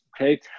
okay